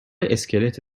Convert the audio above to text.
اسکلت